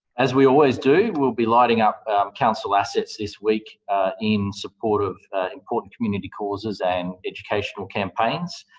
as we always do, we'll be lighting up council assets this week in support of important community causes and educational campaigns.